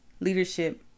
Leadership